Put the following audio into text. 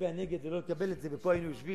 להצביע נגד ולא לקבל את זה, ופה היינו יושבים